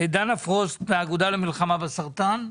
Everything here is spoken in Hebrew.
דנה פרוסט, האגודה למלחמה בסרטן.